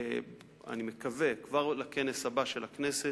אני מקווה כבר לכנס הבא של הכנסת,